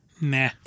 nah